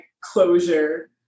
closure